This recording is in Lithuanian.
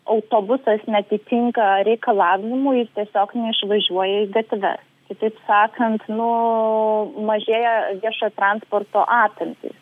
autobusas neatitinka reikalavimų jis tiesiog neišvažiuoja į gatves kitaip sakant nu mažėja viešojo transporto apimtys